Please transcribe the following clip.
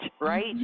right